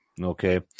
Okay